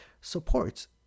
supports